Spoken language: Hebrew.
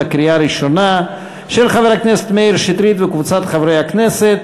של חבר הכנסת מאיר שטרית וקבוצת חברי הכנסת,